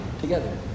together